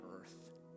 earth